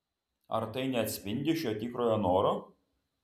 ar tai neatspindi šio tikrojo noro